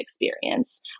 experience